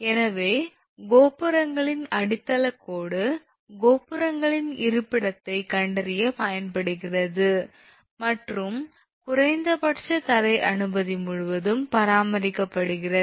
எனவே கோபுரங்களின் அடித்தளக் கோடு கோபுரங்களின் இருப்பிடத்தைக் கண்டறியப் பயன்படுகிறது மற்றும் குறைந்தபட்ச தரை அனுமதி முழுவதும் பராமரிக்கப்படுகிறது